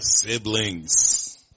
siblings